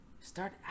start